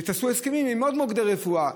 תעשו הסכמים עם עוד מוקדי רפואה.